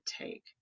take